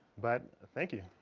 but thank you